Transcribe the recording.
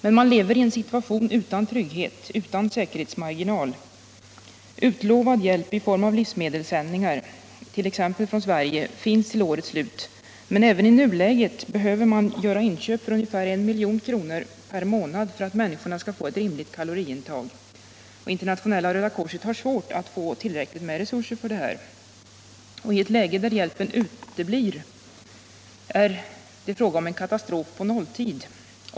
Men man lever i en situation utan trygghet, utan säkerhetsmarginal. Hjälp i form av livsmedelssändningar t.ex. från Sverige har utlovats till årets slut. Men även i nuläget behöver man göra inköp för ungefär 1 milj.kr. per månad för att människorna skall få ett rimligt kaloriintag. Internationella röda korset har svårt att få fram tillräckligt med resurser för detta. I ett läge där hjälpen uteblir är det fråga om katastrof på nolltid.